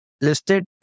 listed